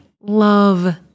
love